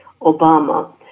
Obama